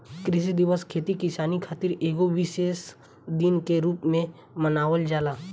कृषि दिवस खेती किसानी खातिर एगो विशेष दिन के रूप में मनावल जाला